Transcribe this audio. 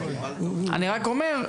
אני רק אומר,